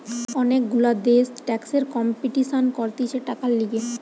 অনেক গুলা দেশ ট্যাক্সের কম্পিটিশান করতিছে টাকার লিগে